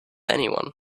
anyone